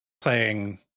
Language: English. playing